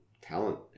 talent